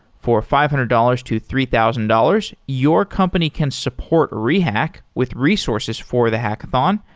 for five hundred dollars to three thousand dollars, your company can support rehack with resources for the hackathon.